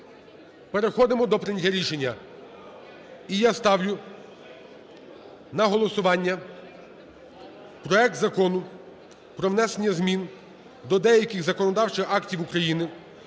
переходимо до прийняття рішення, і я ставлю на голосування проект Закону про внесення змін до деяких законодавчих актів України